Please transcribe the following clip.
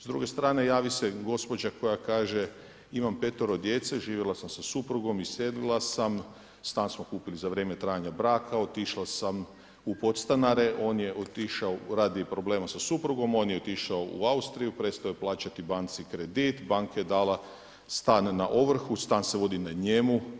S druge strane, javi se gospođa koja kaže, imam 5 djece, živjela sam sa suprugom i sjedila sam, stan smo kupili za vrijeme trajanja braka, otišla sam u podstanare, on je otišao radi problema sa suprugom, on je otišao u Austriju, prestao je plaćati banci kredit, banka je dala stan na ovrhu, stan se vodi na njemu.